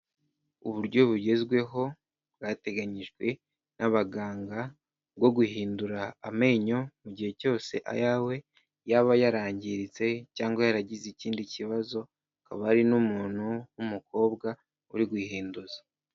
Uburyo bugezweho bwateganyijwe n'abaganga bwo guhindura amenyo mu gihe cyose ayawe yaba yarangiritse cyangwa yaragize ikindi kibazo, hakaba hari n'umuntu w'umukobwa uri guhinduza.